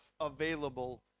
available